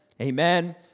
amen